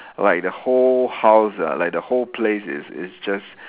like the whole house ah like the whole place is is just